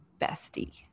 bestie